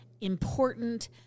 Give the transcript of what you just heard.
important